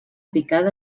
picada